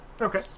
Okay